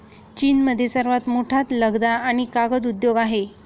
चीनमध्ये सर्वात मोठा लगदा आणि कागद उद्योग आहे